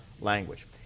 language